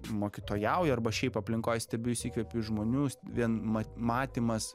mokytojauju arba šiaip aplinkoj stebiu įsikvepiu žmonių vien ma matymas